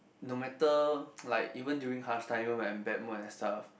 no matter like even during harsh time even when bad mood and stuff